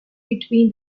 between